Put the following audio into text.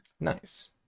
Nice